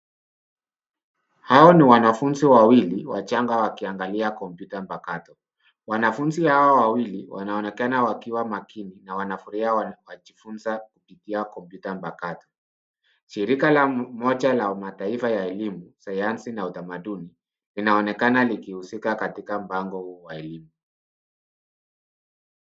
Hawa ni wanafunzi wawili wachanga wakiangalia kompyuta mpakato. Wanafunzi hawa wawili wanaonekana wakiwa makini na wanafurahia kujifunza kupitia kompyuta mpakato. Shirika moja la umataifa la elimu, sayansi na utamaduni linaonekana likihusika katika mpango huu wa elimu.